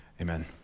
Amen